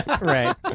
right